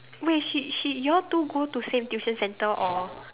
wait she she you all two go to same tuition centre or